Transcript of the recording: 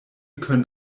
können